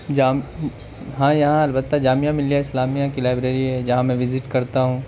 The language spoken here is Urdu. جام ہاں یہاں البتہ جامعہ ملیہ اسلامیہ کی لائبریری ہے جہاں میں وزٹ کرتا ہوں